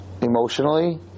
Emotionally